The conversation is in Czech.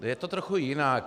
Je to trochu jinak.